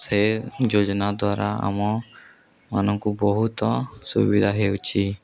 ସେ ଯୋଜନା ଦ୍ୱାରା ଆମମାନଙ୍କୁ ବହୁତ ସୁବିଧା ହେଉଛି